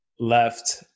left